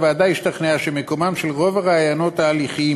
הוועדה השתכנעה שמקומם של רוב הרעיונות ההליכיים